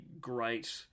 great